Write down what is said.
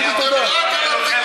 אני לא מבינה את זה.